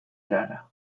erara